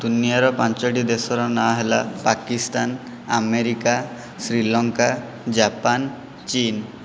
ଦୁନିଆର ପାଞ୍ଚଟି ଦେଶର ନାଁ ହେଲା ପାକିସ୍ତାନ ଆମେରିକା ଶ୍ରୀଲଙ୍କା ଜାପାନ ଚୀନ